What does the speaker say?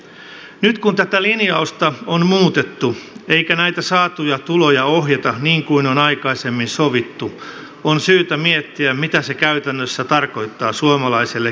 nyt kun tätä linjausta on muutettu eikä näitä saatuja tuloja ohjata niin kuin on aikaisemmin sovittu on syytä miettiä mitä se käytännössä tarkoittaa suomalaiselle kehitysyhteistyölle